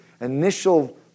initial